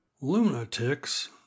Lunatics